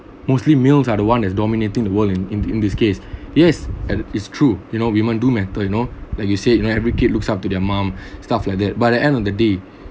mostly males are the one that is dominating the world in in this case yes and it's true you know women do matter you know like you said you know every kid looks up to their mom stuff like that but at the end of the day